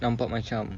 nampak macam